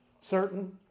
certain